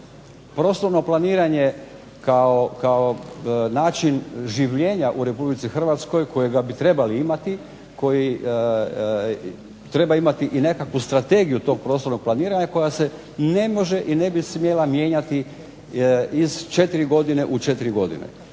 Prostorno planiranje kao način življenja u Republici Hrvatskoj kojega bi trebali imati, koji treba imati i nekakvu strategiju tog prostornog planiranja koja se ne može i ne bi smjela mijenjati iz četiri godine u četiri godine.